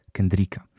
Kendricka